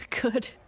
good